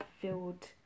filled